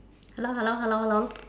hello hello hello hello